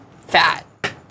fat